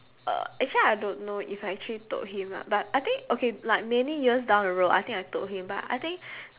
uh actually I don't know if I actually told him lah but I think okay like many years down the road I think I told him but I think